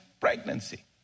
pregnancy